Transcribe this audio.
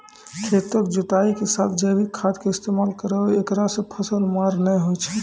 खेतों के जुताई के साथ जैविक खाद के इस्तेमाल करहो ऐकरा से फसल मार नैय होय छै?